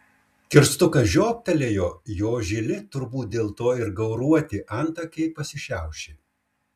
kirstukas žiobtelėjo jo žili turbūt dėl to ir gauruoti antakiai pasišiaušė